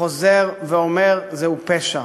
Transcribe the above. חוזר ואומר: זהו פשע.